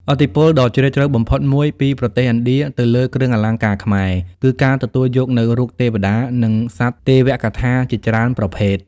ឥទ្ធិពលដ៏ជ្រាលជ្រៅបំផុតមួយពីប្រទេសឥណ្ឌាទៅលើគ្រឿងអលង្ការខ្មែរ គឺការទទួលយកនូវរូបទេវតា និងសត្វទេវកថាជាច្រើនប្រភេទ។